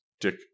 Dick